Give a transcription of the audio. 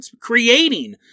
creating